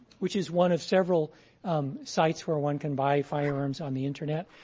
which is one of several sites where one can buy firearms on the internet.